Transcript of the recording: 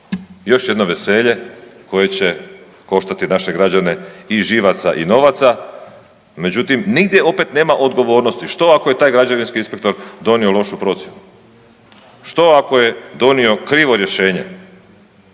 Još jedno veselje koje će koštati naše građane i živaca i novaca, međutim nigdje opet nema odgovornosti, što ako je taj građevinski inspektor donio lošu procijenu? Što ako je donio krivo rješenje?